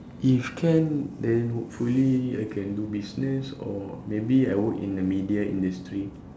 if can then hopefully I can do business or maybe I work in the media industry